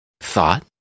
Thought